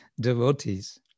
devotees